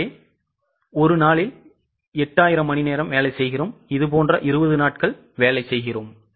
எனவே 1 நாளில் 8000 மணி நேரம் வேலை செய்கிறோம் இதுபோன்ற 20 நாட்கள் வேலை செய்கிறோம்